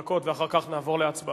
והבה, חמש דקות, ואחר כך נעבור להצבעה.